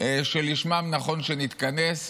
שלשמם נכון שנתכנס.